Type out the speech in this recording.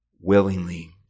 Willingly